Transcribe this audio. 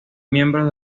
miembro